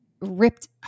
ripped